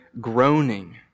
groaning